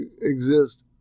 exist